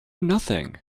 nothing